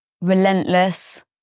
relentless